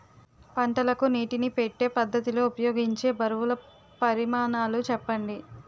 పంటలకు నీటినీ పెట్టే పద్ధతి లో ఉపయోగించే బరువుల పరిమాణాలు చెప్పండి?